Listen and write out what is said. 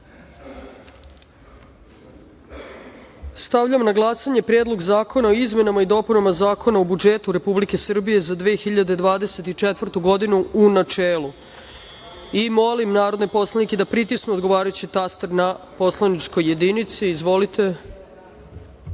na glasanje Predlog Zakona o izmenama i dopunama Zakona o budžetu Republike Srbije za 2024. godinu, u načelu. Molim narodne poslanike da pritisnu odgovarajući taster na poslaničkoj jedinici. Izvolite. Zaključujem